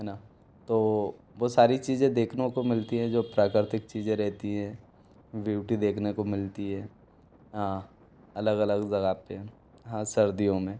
है न तो वह सारी चीज़ें देखने को मिलती हैं जो प्राकृतिक चीजें रहती हैं ब्यूटी देखने को मिलती है हाँ अलग अलग जगह पे हाँ सर्दियों में